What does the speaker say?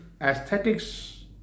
aesthetics